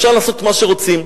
אפשר לעשות מה שרוצים,